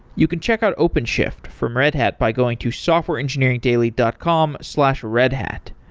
you can check out openshift from red hat by going to softwareengineeringdaily dot com slash redhat.